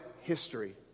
history